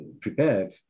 prepared